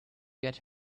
get